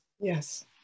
yes